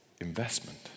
Investment